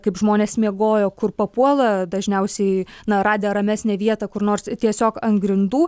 kaip žmonės miegojo kur papuola dažniausiai na radę ramesnę vietą kur nors tiesiog ant grindų